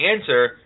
answer